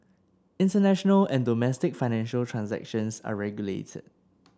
international and domestic financial transactions are regulated